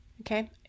okay